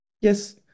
yes